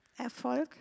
Erfolg